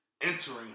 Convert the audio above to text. entering